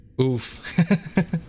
Oof